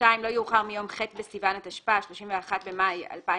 לא יאוחר מיום ח' בסיון התשפ"א (31 במאי 2020),